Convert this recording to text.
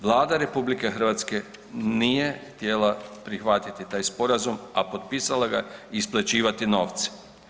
Vlada RH nije htjela prihvatiti taj sporazum, a potpisala ga je isplaćivati novce.